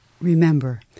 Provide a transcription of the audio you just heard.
Remember